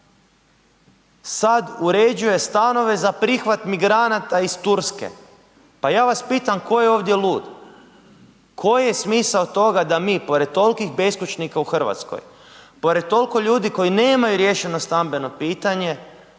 sa uređuje stanove za prihvat migranata iz Turske. Pa ja vas pitam tko je ovdje lud? Koji je smisao toga da mi pored tolikih beskućnika u Hrvatskoj, pored toliko ljudi koji nemaju riješeno stambeno pitanje